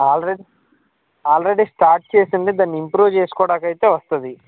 already already start చేసింది దాన్ని improve చేసుకోవటానికైతే వస్తుంది